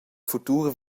futur